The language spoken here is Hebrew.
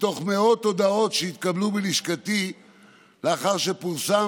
מתוך מאות הודעות שהתקבלו בלשכתי לאחר שפורסם